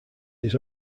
his